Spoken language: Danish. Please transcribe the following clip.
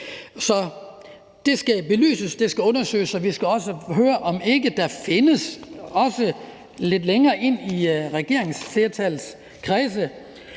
Så det skal belyses, det skal undersøges, og vi skal også høre, om ikke der findes, også lidt længere ind i regeringsflertallets kredse,